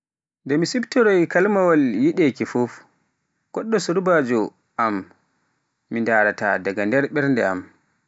Nde mi siftoroy kalimaawal yideeki fuf, goɗɗo surbaajo am mi ndarata daga nder ɓernde am.